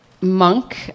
monk